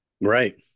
right